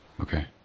Okay